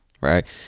right